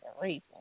reason